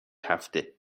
هفته